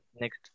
next